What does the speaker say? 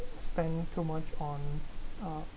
spend too much on uh